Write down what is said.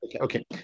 Okay